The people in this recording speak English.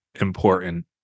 important